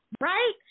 right